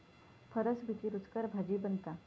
फरसबीची रूचकर भाजी बनता